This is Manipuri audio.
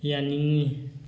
ꯌꯥꯅꯤꯡꯉꯤ